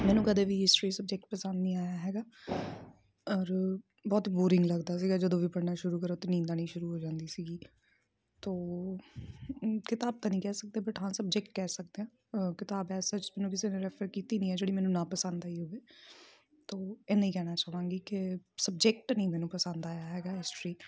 ਮੈਨੂੰ ਕਦੇ ਵੀ ਹਿਸਟਰੀ ਸਬਜੈਕਟ ਪਸੰਦ ਨਹੀਂ ਆਇਆ ਹੈਗਾ ਔਰ ਬਹੁਤ ਬੋਰਿੰਗ ਲੱਗਦਾ ਸੀਗਾ ਜਦੋਂ ਵੀ ਪੜ੍ਹਨਾ ਸ਼ੁਰੂ ਕਰੋ ਅਤੇ ਨੀਂਦ ਆਉਣੀ ਸ਼ੁਰੂ ਹੋ ਜਾਂਦੀ ਸੀਗੀ ਤਾਂ ਕਿਤਾਬ ਤਾਂ ਨਹੀਂ ਕਹਿ ਸਕਦੇ ਬਟ ਹਾਂ ਸਬਜੈਕਟ ਕਹਿ ਸਕਦੇ ਹਾਂ ਕਿਤਾਬ ਐਜ਼ ਸਚ ਮੈਨੂੰ ਕਿਸੇ ਨੇ ਰੈਫਰ ਕੀਤੀ ਨਹੀਂ ਹੈ ਜਿਹੜੀ ਮੈਨੂੰ ਨਾ ਪਸੰਦ ਆਈ ਹੋਵੇ ਤਾਂ ਇੰਨਾ ਹੀ ਕਹਿਣਾ ਚਾਹਾਂਗੀ ਕਿ ਸਬਜੈਕਟ ਨਹੀਂ ਮੈਨੂੰ ਪਸੰਦ ਆਇਆ ਹੈਗਾ ਹਿਸਟਰੀ